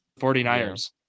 49ers